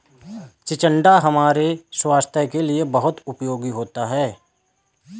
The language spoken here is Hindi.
चिचिण्डा हमारे स्वास्थ के लिए बहुत उपयोगी होता है